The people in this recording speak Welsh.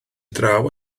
draw